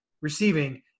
receiving